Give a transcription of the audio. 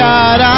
God